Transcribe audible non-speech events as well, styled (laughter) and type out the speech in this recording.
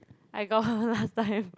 I got her (laughs) last time